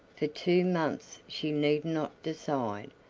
for two months she need not decide,